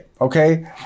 Okay